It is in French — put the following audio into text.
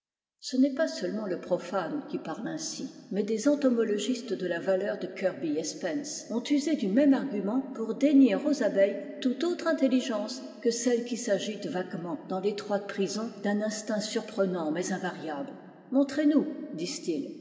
ce n'est pas seulement le profane qui parle ainsi mais des entomologistes de la valeur de kirby et spence ont usé du mênie argument pour dénier aux abeilles toute autre intelligence que celle qui s'agite vaguement dans l'étroite prison d'un instinct surprenant mais invariable montrez-nous disent-ils